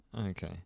Okay